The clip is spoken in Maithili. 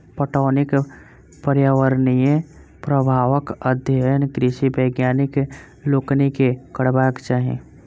पटौनीक पर्यावरणीय प्रभावक अध्ययन कृषि वैज्ञानिक लोकनि के करबाक चाही